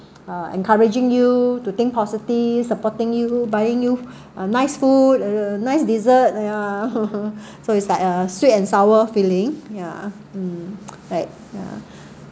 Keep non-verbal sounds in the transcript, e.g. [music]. uh encouraging you to think positive supporting you buying you a nice food nice dessert ya [laughs] so it's like a sweet and sour feeling ya mm right ya